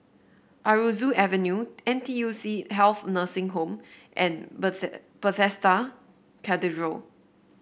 Aroozoo Avenue N T U C Health Nursing Home and Bethe Bethesda Cathedral